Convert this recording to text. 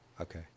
Okay